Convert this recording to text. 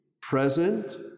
present